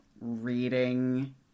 reading